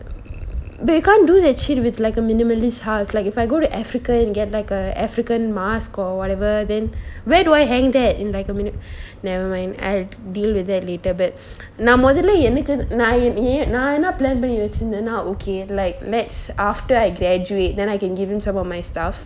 but you can't do that she'd with like a minimalist house like if I go to africa and get like a african mask or whatever then where do I hang that in like a minima~ never mind I deal with that little bit நா மொதல்ல எனக்கு நா என்ன ஏன் நா என்ன:na modalla enakku na enna ean na enna plan பண்ணி வச்சிருந்தனா:panni vachirunthana okay like that's after I graduate then I can give him some of my stuff